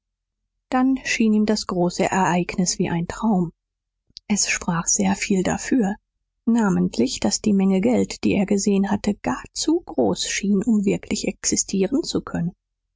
dann schien ihm das große ereignis wie ein traum es sprach sehr viel dafür namentlich daß die menge geld die er gesehen hatte gar zu groß schien um wirklich existieren zu können